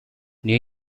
new